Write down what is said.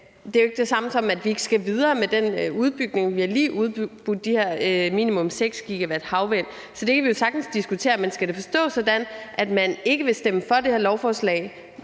Det er jo ikke det samme som, at vi ikke skal videre med den udbygning. Vi har lige udbudt de her minimum 6 GW havvind, så det kan vi sagtens diskutere. Men skal det forstås sådan, at man ikke vil stemme for det her lovforslag,